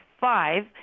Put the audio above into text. five